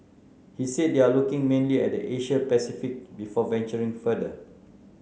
he said they are looking mainly at the Asia Pacific before venturing further